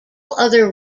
other